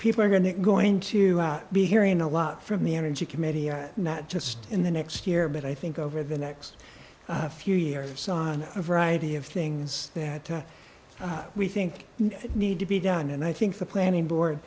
people are going to going to be hearing a lot from the energy committee and not just in the next year but i think over the next few years on a variety of things that we think need to be done and i think the planning board